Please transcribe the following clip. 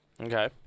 Okay